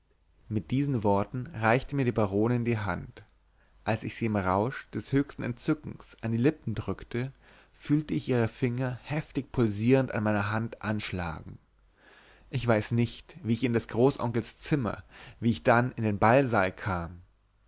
mit diesen worten reichte mir die baronin die hand als ich sie im rausch des höchsten entzückens an die lippen drückte fühlte ich ihre finger heftig pulsierend an meiner hand anschlagen ich weiß nicht wie ich in des großonkels zimmer wie ich dann in den ballsaal kam